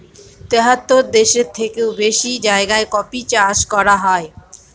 তেহাত্তর দেশের থেকেও বেশি জায়গায় কফি চাষ করা হয়